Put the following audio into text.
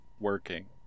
working